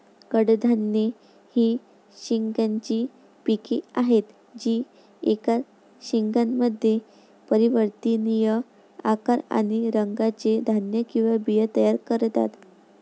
कडधान्ये ही शेंगांची पिके आहेत जी एकाच शेंगामध्ये परिवर्तनीय आकार आणि रंगाचे धान्य किंवा बिया तयार करतात